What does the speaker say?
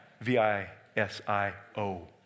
V-I-S-I-O